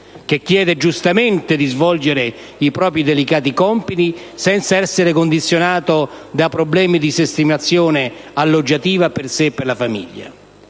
che chiede giustamente di svolgere i propri delicati compiti senza essere condizionato da problemi di sistemazione alloggiativa per sé e la famiglia.